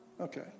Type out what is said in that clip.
Okay